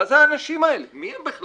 מה זה האנשים האלה, מי הם בכלל?